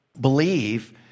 believe